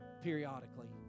periodically